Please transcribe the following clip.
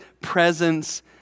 presence